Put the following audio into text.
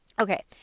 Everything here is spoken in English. Okay